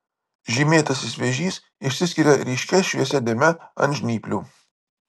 žymėtasis vėžys išsiskiria ryškia šviesia dėme ant žnyplių